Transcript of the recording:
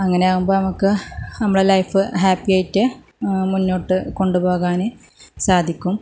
അങ്ങനെ ആകുമ്പം നമുക്ക് നമ്മളുടെ ലൈഫ് ഹാപ്പിയായിട്ട് മുന്നോട്ട് കൊണ്ട് പോകാൻ സാധിക്കും